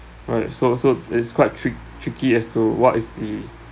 right so so is quite trick~ tricky as to what is the